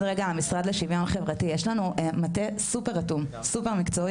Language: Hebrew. שבמשרד לשוויון חברתי יש מטה מאוד מקצועי,